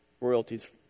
royalties